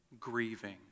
grieving